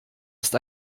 ist